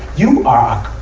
you are,